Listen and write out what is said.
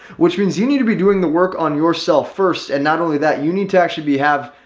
which means you need to be doing the work on yourself first. and not only that, you need to actually be have,